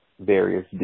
various